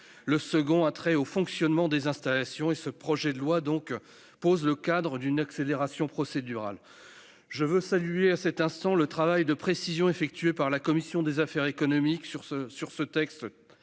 le second a trait au fonctionnement des installations. Ce projet de loi pose en définitive le cadre d'une accélération procédurale. Je veux saluer le travail de précision effectué par la commission des affaires économiques sur ce texte